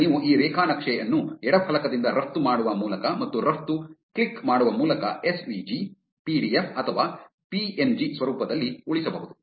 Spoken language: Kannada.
ಈಗ ನೀವು ಈ ರೇಖಾನಕ್ಷೆ ಅನ್ನು ಎಡ ಫಲಕದಿಂದ ರಫ್ತು ಮಾಡುವ ಮೂಲಕ ಮತ್ತು ರಫ್ತು ಕ್ಲಿಕ್ ಮಾಡುವ ಮೂಲಕ ಎಸ್ ವಿ ಜಿ ಪಿಡಿಎಫ್ ಅಥವಾ ಪಿ ಯೆನ್ ಜಿ ಸ್ವರೂಪದಲ್ಲಿ ಉಳಿಸಬಹುದು